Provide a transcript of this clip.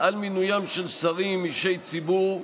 על מינויים של שרים, אישי ציבור,